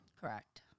correct